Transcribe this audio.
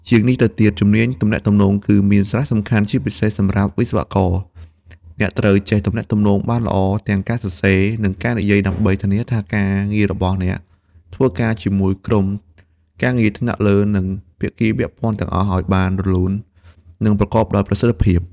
ជាងនេះទៅទៀតជំនាញទំនាក់ទំនង គឺមានសារៈសំខាន់ជាពិសេសសម្រាប់វិស្វករ អ្នកត្រូវចេះទំនាក់ទំនងបានល្អទាំងការសរសេរ និងការនិយាយដើម្បីធានាថាការងាររបស់អ្នកធ្វើការជាមួយក្រុមការងារថ្នាក់លើ និងភាគីពាក់ព័ន្ធទាំងអស់ឲ្យបានរលូន និងប្រកបដោយប្រសិទ្ធភាព។